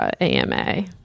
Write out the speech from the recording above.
ama